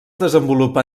desenvolupa